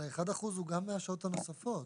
1% מהרכיבים של שכר יסוד ובתוספת